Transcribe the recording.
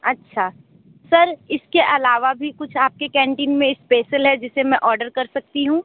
अच्छा सर इसके अलावा भी कुछ आपके कैंटीन में स्पेशल है जिसे मैं ऑर्डर कर सकती हूँ